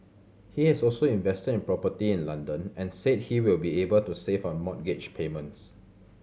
he has also invested in property in London and said he will be able to save on mortgage payments